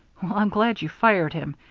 well, i'm glad you fired him.